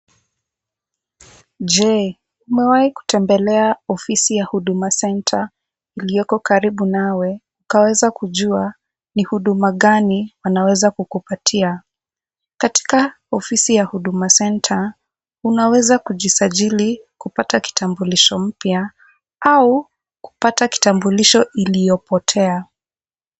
Je, umewahi kutembelea ofisi ya Huduma Centre ilioko karibu nawe, ukaweza kujua ni huduma gani wanaweza kukupatia? Katika ofisi ya Huduma Centre unaweza kujisajili kupata kitambulisho mpya au kupata kitambulisho iliyopotea.